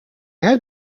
had